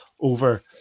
over